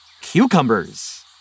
cucumbers